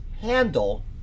handle